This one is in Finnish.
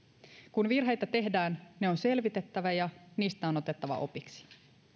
kun virheitä tehdään ne on selvitettävä ja niistä on otettava opiksi